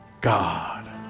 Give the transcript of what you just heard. God